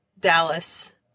Dallas